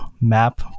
map